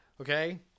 Okay